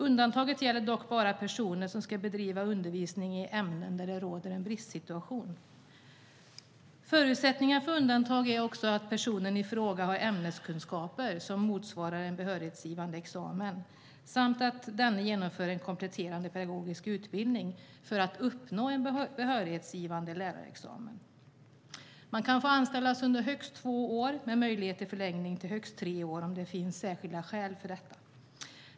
Undantaget gäller dock bara personer som ska bedriva undervisning i ämnen där det råder en bristsituation. Förutsättningar för undantag är också att personen i fråga har ämneskunskaper som motsvarar en behörighetsgivande examen samt att denne genomför en kompletterande pedagogisk utbildning för att uppnå en behörighetsgivande lärarexamen. Man kan få anställas under högst två år, med möjlighet till förlängning till högst tre år om det finns särskilda skäl för detta.